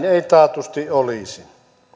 ei taatusti olisi